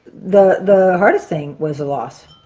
the the hardest thing was the loss,